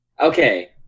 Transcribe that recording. Okay